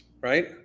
Right